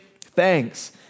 thanks